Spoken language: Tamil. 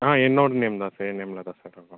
ஆ என்னோடய நேம் தான் சார் என் நேமில் தான் சார் இருக்கும்